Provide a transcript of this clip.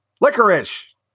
licorice